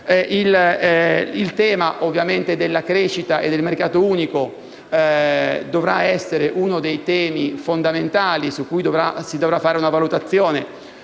Il tema della crescita e del mercato unico sarà uno degli argomenti fondamentali su cui si dovrà fare una valutazione